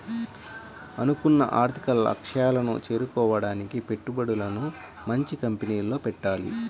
అనుకున్న ఆర్థిక లక్ష్యాలను చేరుకోడానికి పెట్టుబడులను మంచి కంపెనీల్లో పెట్టాలి